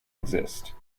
exist